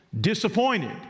disappointed